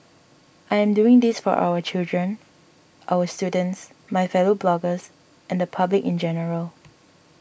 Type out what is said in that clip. I am doing this for our children our students my fellow bloggers and the public in general